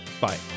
bye